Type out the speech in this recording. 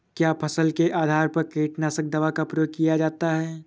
क्या फसल के आधार पर कीटनाशक दवा का प्रयोग किया जाता है?